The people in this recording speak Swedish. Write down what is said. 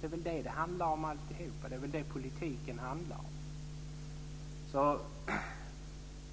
Det är väl det allting handlar om, och det är väl det politiken handlar om?